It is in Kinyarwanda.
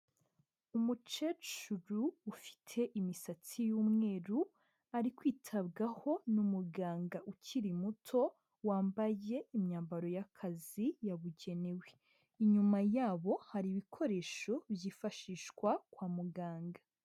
Umukecuru ufite imisatsi y'umweru, ari kwitabwaho n'umuganga ukiri muto, wambaye imyambaro y'akazi yabugenewe. Inyuma yabo hari ibikoresho byifashishwa kwa muganga.